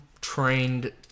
trained